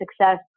success